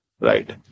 right